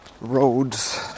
roads